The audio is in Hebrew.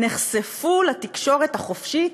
נחשפו לתקשורת החופשית,